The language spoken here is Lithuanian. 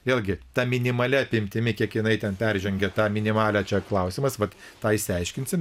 vėlgi ta minimalia apimtimi kiek jinai ten peržengia tą minimalią čia klausimas vat tą išsiaiškinsim